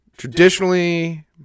traditionally